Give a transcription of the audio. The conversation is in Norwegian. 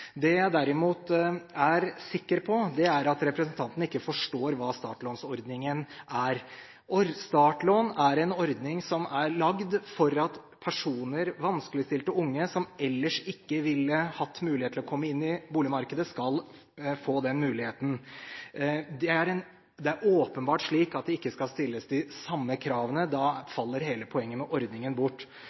Det jeg derimot er sikker på, er at representanten ikke forstår hva startlånsordningen er. Startlånsordningen er en ordning som er lagd for at vanskeligstilte unge som ellers ikke ville hatt mulighet til å komme inn i boligmarkedet, skal få den muligheten. Det er åpenbart slik at det ikke skal stilles de samme kravene, da faller hele poenget med ordningen bort.